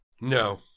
No